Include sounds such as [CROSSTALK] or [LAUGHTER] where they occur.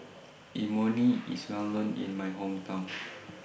Imoni IS Well known in My Hometown [NOISE]